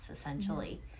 essentially